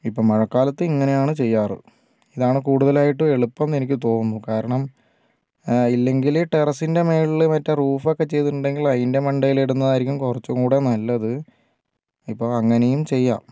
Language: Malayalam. ഇപ്പം മഴക്കാലത്ത് ഇങ്ങനെ ആണ് ചെയ്യാറ് ഇതാണ് കൂടുതലായിട്ടും എളുപ്പം എന്ന് എനിക്ക് തോന്നുന്നു കാരണം ഇല്ലെങ്കിൽ ടെറസ്സിൻ്റെ മുകളിൽ മറ്റേ റൂഫ് ഒക്കെ ചെയിതിട്ടുണ്ടെങ്കിൽ അതിൻ്റെ മണ്ടയിൽ ഇടുന്നതായിരിക്കും കുറച്ചൂംകൂടി നല്ലത് ഇപ്പോൾ അങ്ങനെയും ചെയ്യാം